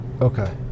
Okay